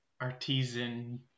artisan